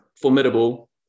formidable